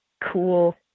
cool